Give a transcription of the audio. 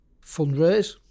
fundraise